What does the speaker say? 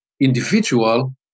individual